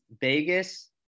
Vegas